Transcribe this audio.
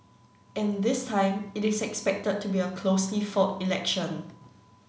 and this time it is expected to be a closely fought election